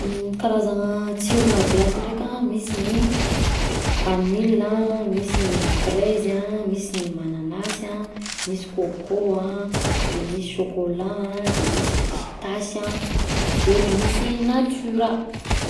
Gny karazana tsirona glasyndraika an, misy ny vanille a, misy ny frezy a, misy ny mananasy a, misy coco a, de misy chocolat a, de misy pistasy a, de misy ny natura.